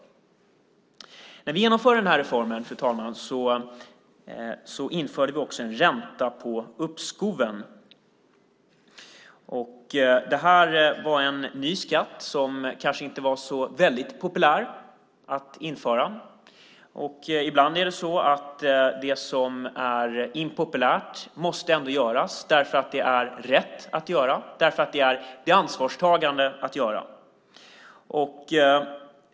När vi genomförde den här reformen, fru talman, införde vi också en ränta på uppskoven. Det var en ny skatt som kanske inte var så väldigt populär att införa. Ibland är det så att det som är impopulärt ändå måste göras, eftersom det är rätt och ansvarstagande att göra det.